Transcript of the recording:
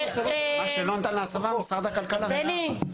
בני,